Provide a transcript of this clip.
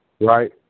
right